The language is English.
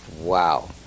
Wow